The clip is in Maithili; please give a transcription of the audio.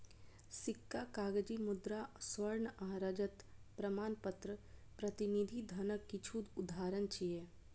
सिक्का, कागजी मुद्रा, स्वर्ण आ रजत प्रमाणपत्र प्रतिनिधि धनक किछु उदाहरण छियै